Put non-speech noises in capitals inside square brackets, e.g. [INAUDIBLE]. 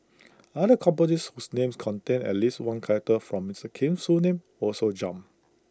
[NOISE] other companies whose names contained at least one character from Mister Kim's full name also jumped